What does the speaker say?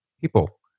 people